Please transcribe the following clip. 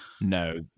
no